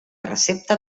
recepta